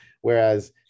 Whereas